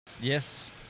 Yes